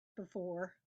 before